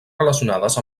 relacionades